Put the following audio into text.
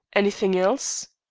anything else?